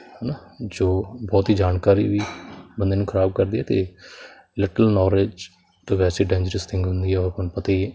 ਹੈ ਨਾ ਜੋ ਬਹੁਤੀ ਜਾਣਕਾਰੀ ਵੀ ਬੰਦੇ ਨੂੰ ਖਰਾਬ ਕਰਦੀ ਹੈ ਅਤੇ ਲਿਟਲ ਨੋਲੇਜ ਤਾਂ ਵੈਸੇ ਡੇਜਰਸ ਥਿੰਗ ਹੁੰਦੀ ਉਹ ਆਪਾਂ ਨੂੰ ਪਤਾ ਹੀ ਹੈ